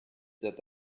that